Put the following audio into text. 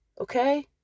okay